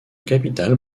capital